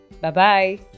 Bye-bye